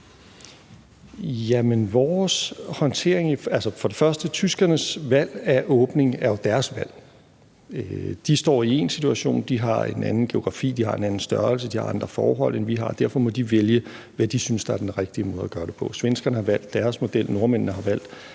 Tyskernes valg af åbning er jo deres valg. De står i en anden situation; de har en anden geografi; de har en anden størrelse; de har andre forhold, end vi har. Derfor må de vælge, hvad de synes er den rigtige måde at gøre det på. Svenskerne har valgt deres model. Nordmændene har valgt